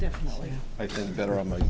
definitely i think better of m